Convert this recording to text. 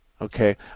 Okay